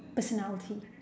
personality